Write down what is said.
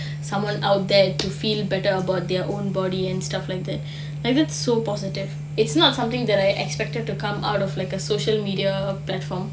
someone out there to feel better about their own body and stuff like that like that's so positive it's not something that I expected to come out of like a social media platform